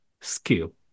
skill